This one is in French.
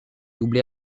doublé